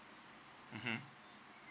mmhmm